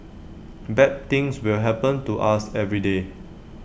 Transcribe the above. bad things will happen to us every day